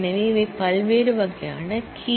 எனவே இவை பல்வேறு வகையான கீ